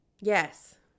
Yes